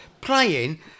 playing